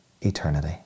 eternity